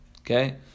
okay